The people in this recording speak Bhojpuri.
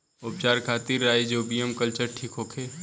उपचार खातिर राइजोबियम कल्चर ठीक होखे?